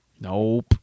Nope